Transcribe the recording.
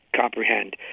comprehend